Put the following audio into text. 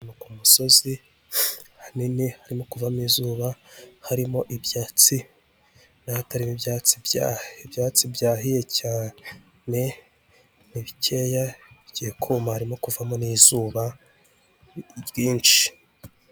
Umusozi hanini harimo kuvamo izuba, harimo ibyatsi na hatarimo ibyatsi ibyatsi byahiye cyane bikeya bigiye kuma harimo kuvamo n'izuba ryinshi.